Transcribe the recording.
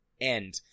end